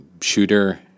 shooter